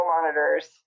monitors